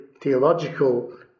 theological